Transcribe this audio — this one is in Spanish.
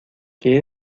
que